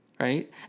Right